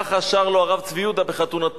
כך שר לו הרב צבי יהודה בחתונתו,